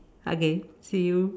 okay see you